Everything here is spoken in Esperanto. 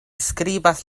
skribas